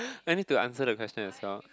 I need to answer the question as well